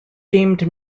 deemed